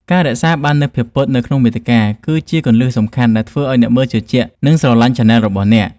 ការរក្សាបាននូវ ភាពពិត នៅក្នុងមាតិកា គឺជាគន្លឹះសំខាន់ដែលធ្វើឱ្យអ្នកមើលជឿជាក់ និងស្រឡាញ់ឆានែលរបស់អ្នក។